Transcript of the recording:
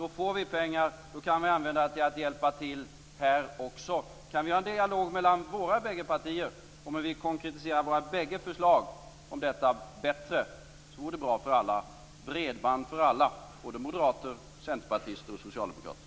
Då får vi pengar som kan användas för att hjälpa till också här. Kan vi ha en dialog mellan våra bägge partier om hur vi bättre konkretiserar våra båda förslag om detta, vore det bra för alla. Bredband för alla, moderater, centerpartister och socialdemokrater!